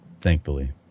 Thankfully